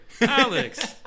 Alex